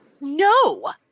No